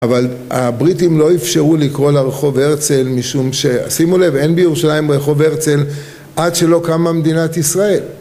אבל הבריטים לא אפשרו לקרוא לרחוב הרצל משום ששימו לב, אין בירושלים רחוב הרצל עד שלא קם במדינת ישראל